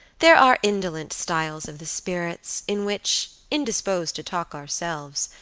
there are indolent styles of the spirits in which, indisposed to talk ourselves,